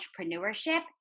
entrepreneurship